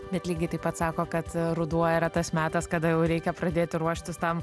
bet lygiai taip pat sako kad ruduo yra tas metas kada jau reikia pradėti ruoštis tam